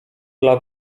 dla